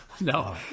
No